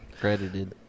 credited